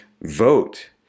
vote